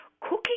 cooking